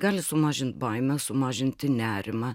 gali sumažint baimę sumažinti nerimą